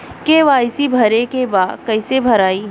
KYC भरे के बा कइसे भराई?